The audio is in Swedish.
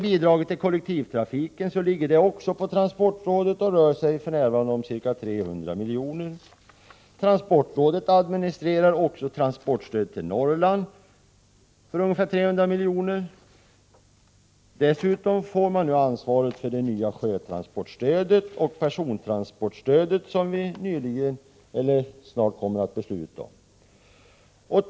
Bidraget till kollektivtrafiken ligger också på transportrådet, och detta bidrag rör sig för närvarande om ca 300 milj.kr. Transportrådet administrerar också transportstödet till Norrland, som rör sig om ungefär 300 milj.kr. Dessutom får man nu ansvaret för det nya sjötransportstödet och persontransportstödet, som vi snart kommer att fatta beslut om.